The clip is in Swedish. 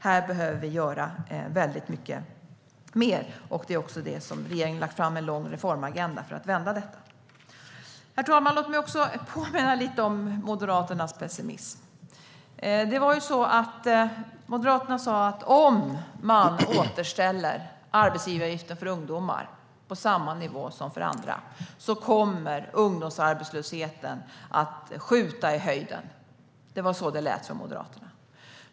Här behöver vi göra väldigt mycket mer, och regeringen har lagt fram en lång reformagenda för att vända detta. Herr talman! Låt mig också påminna lite grann om Moderaternas pessimism. Moderaterna sa att om man återställer arbetsgivaravgiften för ungdomar till samma nivå som för andra kommer ungdomsarbetslösheten att skjuta i höjden. Det var så det lät från Moderaterna.